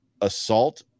assault